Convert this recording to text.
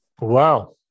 Wow